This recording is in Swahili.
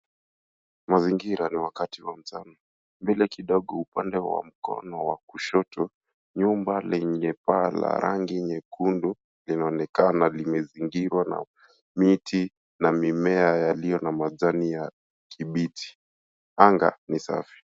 Mazingira ni wakati wa mchana, mbele kidogo upande wa mkono wa kushoto nyumba lenye paa la rangi nyekundu linaonekana limezingirwa na miti na mimeya yaliyo na majani ya kibichi, anga ni safi.